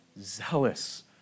zealous